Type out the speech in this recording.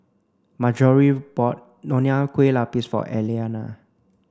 Marjorie bought Nonya Kueh Lapis for Elliana